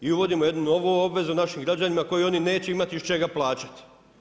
I uvodimo jednu novu obvezu našim građanima, koji oni neće imati iz čega plaćati.